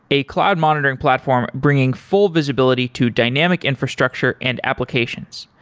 a cloud monitoring platform bringing full visibility to dynamic infrastructure and applications.